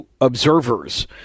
observers